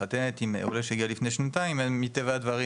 מתחתנת עם עולה שהגיע לפני שנתיים ומטבע הדברים,